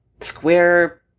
square